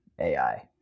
AI